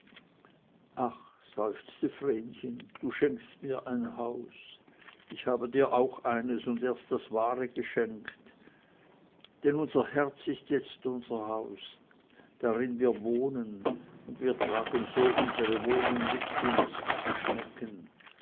ach seufzte vrenchen du schenkst mir ein haus ich habe dir auch eines und erst das wahre geschenkt denn unser herz ist jetzt unser haus darin wir wohnen und wir tragen so unsere wohnung mit uns wie die schnecken